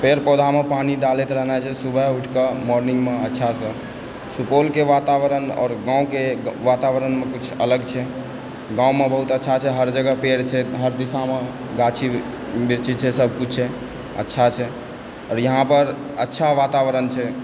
पेड़ पौधामे पानि डालनाइ रहै छै सुबह उठिके मॉर्निंगमे अच्छासँ सुपौलके वातावरण आओर गाँवके वातावरण किछु अलग छै गाँवमे बहुत अच्छा छै हर जगह पेड़ छै हर दिशामे गाछी बिरछी छै सब किछु छै अच्छा छै आओर यहाँपर अच्छा वातावरण छै